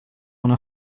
una